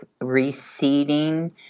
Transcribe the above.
receding